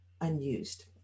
unused